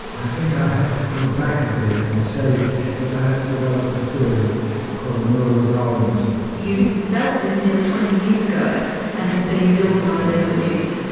i think i have to go back a bit and say that i have developed a theory called neuro-darwinism. you developed this nearly twenty years ago and have been building on it ever since.